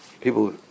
People